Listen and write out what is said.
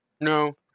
No